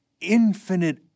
infinite